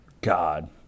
God